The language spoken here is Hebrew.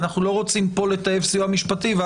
ואנחנו לא רוצים לטייב סיוע משפטי,